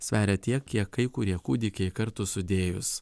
sveria tiek kiek kai kurie kūdikiai kartu sudėjus